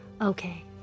Okay